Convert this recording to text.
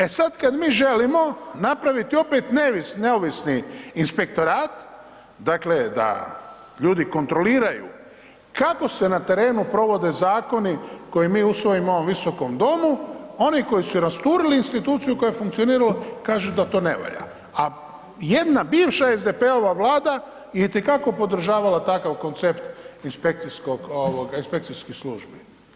E sad kad mi želimo napraviti opet neovisni inspektorat, dakle da ljudi kontroliraju kako se na terenu provode zakoni koje mi usvojimo u ovom visokom domu, oni koji su rasturili instituciju koja je funkcionirala kažu da to ne valja, a jedna bivša SDP-ova vlada je i te kako podržavala takav koncept inspekcijskog ovoga inspekcijskih službi.